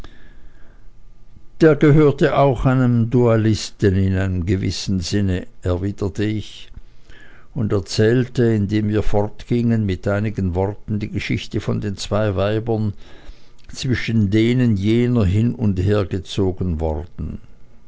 der gehörte auch einem dualisten an in gewissem sinne erwiderte ich und erzählte indem wir fortgingen mit einigen worten die geschichte von den zwei weibern zwischen denen jener hin und hergezogen worden